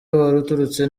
waturutse